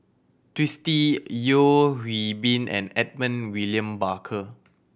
Twisstii Yeo Hwee Bin and Edmund William Barker